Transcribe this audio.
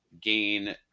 gain